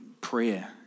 prayer